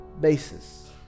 basis